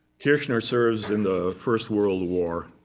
kirchner serves in the first world war.